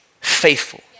faithful